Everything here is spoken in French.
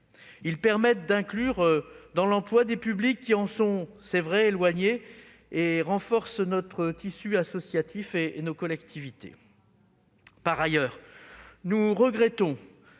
Ils permettent d'inclure dans l'emploi des publics qui en sont éloignés et renforcent notre tissu associatif et nos collectivités. Par ailleurs, nous regrettons